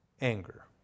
anger